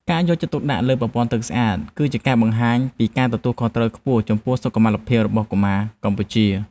ការយកចិត្តទុកដាក់លើប្រព័ន្ធទឹកស្អាត គឺជាការបង្ហាញពីការទទួលខុសត្រូវខ្ពស់ចំពោះសុខុមាលភាពរបស់កុមារកម្ពុជា។